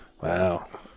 wow